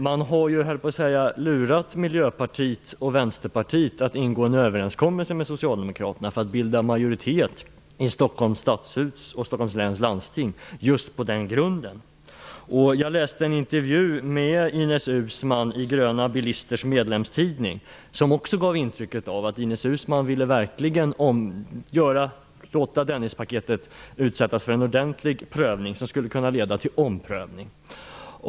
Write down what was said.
Man har så att säga lurat Miljöpartiet och Vänsterpartiet att ingå en överenskommelse med Socialdemokraterna för att bilda majoritet i Stockholms stadshus och i Stockholms läns landsting just på den grunden. Jag läste en intervju med Ines Uusmann i Gröna bilisters medlemstidning. Denna intervju gav också intryck av att Ines Uusmann verkligen ville låta Dennispaketet utsättas för en ordentlig prövning som skulle kunna leda till omprövning.